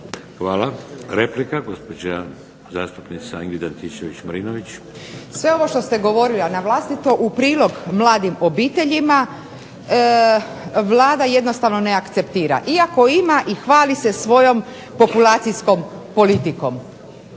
Hvala. Replika, gospođa zastupnica Ingrid Antičević Marinović. **Antičević Marinović, Ingrid (SDP)** Sve ovo što ste govorili, a na vlastito u prilog mladim obiteljima Vlada jednostavno ne akceptira, iako ima i hvali se svojom populacijskom politikom.